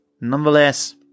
nonetheless